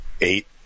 eight